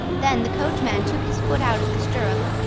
then the coachman took his foot out of the stirrup,